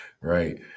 right